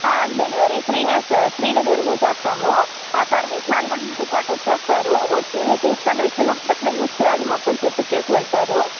delivery ఫ్రీనే sir free డెలివరీనే చేస్తాము మా సర్వీస్ మ్యాన్ కూడా మీతో పాటు వచ్చేస్తారు వచ్చి మీకు ఇన్స్టలేషను ఎట్లా ఎట్లా యూస్ చేయాలి మొత్తం చెప్పిచేసి వెళ్తారు